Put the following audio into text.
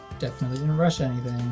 definitely didn't rush anything.